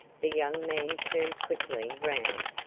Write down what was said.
the young man turned quickly round,